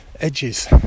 edges